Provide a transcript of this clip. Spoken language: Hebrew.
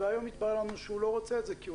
והיום התברר לנו שהוא לא רוצה את זה כי הוא